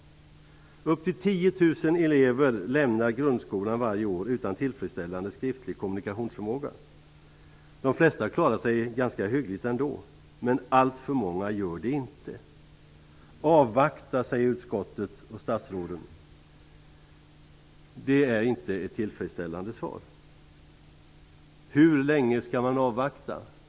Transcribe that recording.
Upp till 10 000 elever lämnar grundskolan varje år utan tillfredsställande skriftlig kommunikationsförmåga. De flesta klarar sig ganska hyggligt ändå. Men alltför många gör det inte. Avvakta, säger utskottet och statsråden. Det är inte ett tillfredsställande svar. Hur länge skall man avvakta?